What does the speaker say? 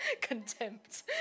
Contempt